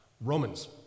Romans